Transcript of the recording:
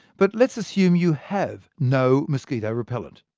but let's assume you have no mosquito repellent.